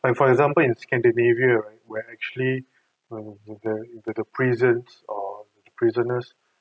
and for example in scandinavia where actually the the the prison or the prisoners